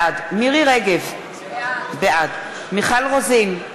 בעד מירי רגב, בעד מיכל רוזין,